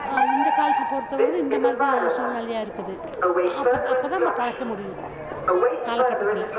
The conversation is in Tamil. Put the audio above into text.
இந்த காலத்தில் பொறுத்த இந்த மாதிரி சூழ்நிலையாக இருக்குது அப்ர அப்போதான் நம்ம பிழைக்க முடியும் காலகட்டத்தில்